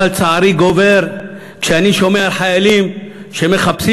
אבל צערי גובר כשאני שומע חיילים שמחפשים